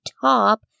top